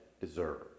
deserve